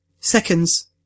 Seconds